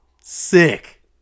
sick